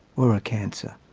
or a cancer.